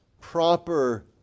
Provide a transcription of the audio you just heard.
proper